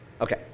Okay